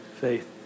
faith